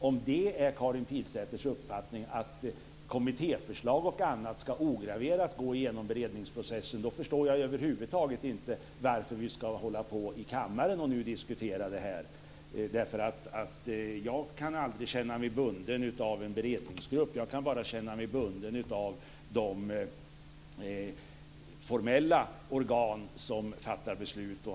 Om det är Karin Pilsäters uppfattning att kommittéförslag och annat ograverat ska gå igenom beredningsprocessen, förstår jag över huvud taget inte varför vi ska diskutera detta i kammaren. Jag kan aldrig känna mig bunden av en beredningsgrupp. Jag kan bara känna mig bunden av de formella organ som fattar beslut.